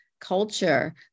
culture